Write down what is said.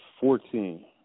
Fourteen